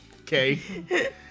Okay